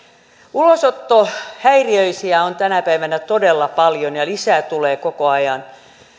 ulosottohäiriöisiä on tänä päivänä todella paljon ja lisää tulee koko ajan